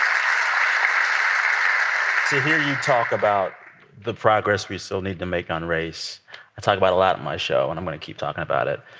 um talk about the progress we still need to make on race i talk about a lot on my show, and i'm going to keep talking about it.